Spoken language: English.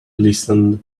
listened